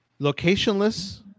Locationless